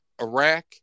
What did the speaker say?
Iraq